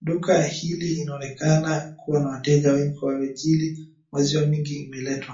Duka hili inaonekana kuwa na wateja wengi kwa ajili maziwa mingi imeletwa.